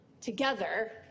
together